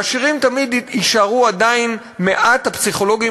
לעשירים תמיד יישארו עדיין מעט הפסיכולוגים